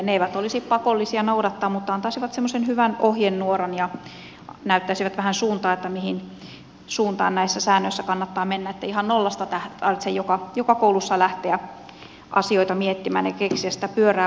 ne eivät olisi pakollisia noudattaa mutta antaisivat semmoisen hyvän ohjenuoran ja näyttäisivät vähän suuntaa mihin suuntaan näissä säännöissä kannattaa mennä ettei ihan nollasta tähän tarvitse joka koulussa lähteä asioita miettimään ja keksiä sitä pyörää uudelleen